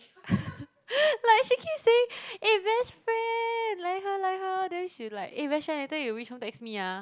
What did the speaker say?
like she keep saying eh best friend 来和来和 then she like eh best friend later you reach home text me ah